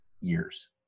years